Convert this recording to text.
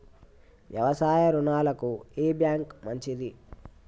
వ్యవసాయ రుణాలకు ఏ బ్యాంక్ మంచిది?